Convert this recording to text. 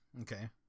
Okay